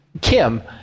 Kim